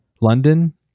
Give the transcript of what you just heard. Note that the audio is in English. London